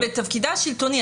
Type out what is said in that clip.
היא בתפקידה השלטוני.